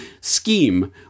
scheme